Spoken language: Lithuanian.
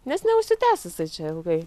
nes neužsitęs jisai čia ilgai